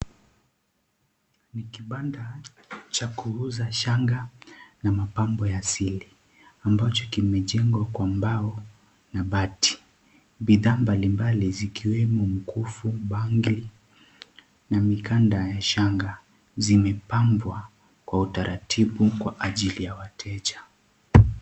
Ni kibanda cha kuuza shanga na mapambo asili ambacho kimejengwa kwa mbao na bati. Bidhaa mbalimbali zikiwemo mkufu, bangili na mikanda ya shanga zimepangwa kwa utaratibu kwa ajili ya wateja.